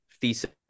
thesis